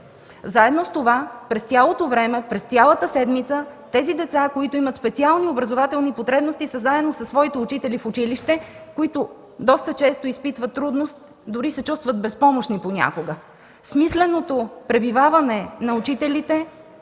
да отидат. През цялото време, през цялата седмица децата, които имат специални образователни потребности, са заедно със своите учители в училище, които доста често изпитват трудност, дори понякога се чувстват безпомощни. Смисленото пребиваване на учителите